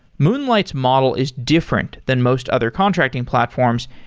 moonlight's model is different than most other contracting platforms,